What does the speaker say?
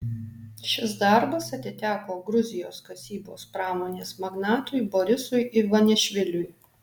šis darbas atiteko gruzijos kasybos pramonės magnatui borisui ivanišviliui